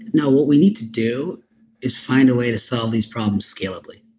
no, what we need to do is find a way to solve these problems scalability